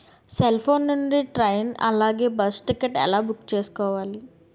Cell phone నుండి train అలాగే bus ticket ఎలా బుక్ చేసుకోవాలి?